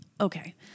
Okay